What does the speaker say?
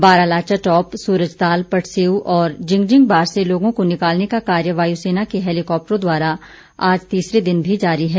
Baralacha top Surajtal Patseo और जिंगजिंगबार से लोगों को निकालने का कार्य वायुसेना के हैलीकॉप्टरों द्वारा आज तीसरे दिन भी जारी है